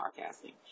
podcasting